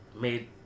made